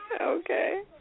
Okay